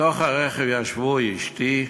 בתוך הרכב ישבנו אשתי,